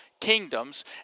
kingdoms